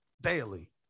daily